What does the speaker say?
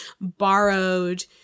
borrowed